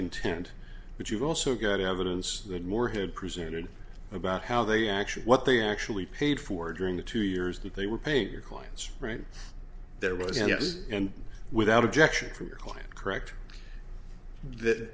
intent but you've also got evidence that moore had presented about how they actually what they actually paid for during the two years that they were paid your client's right there was yes and without objection from your client correct that